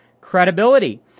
credibility